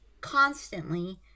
constantly